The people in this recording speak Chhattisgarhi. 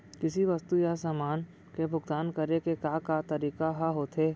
किसी वस्तु या समान के भुगतान करे के का का तरीका ह होथे?